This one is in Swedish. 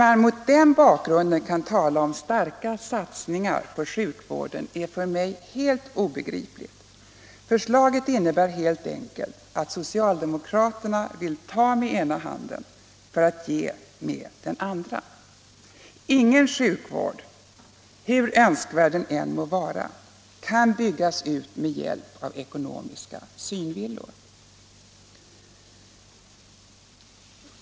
Att mot den bakgrunden tala om starka satsningar på sjukvården är helt obegripligt. Förslaget innebär helt enkelt att socialdemokraterna vill ta med ena handen vad man ger med den andra. Ingen sjukvård, hur önskvärd den än må vara, kan byggas ut med hjälp av ekonomiska synvillor.